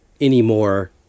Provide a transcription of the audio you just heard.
anymore